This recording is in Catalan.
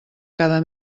cada